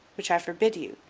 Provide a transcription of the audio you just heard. which i forbid you,